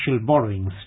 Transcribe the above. borrowings